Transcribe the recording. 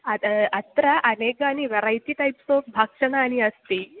अद् अत्र अनेकानि वेरैटि टैप्स् आफ् भक्षणानि अस्ति